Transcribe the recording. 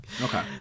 Okay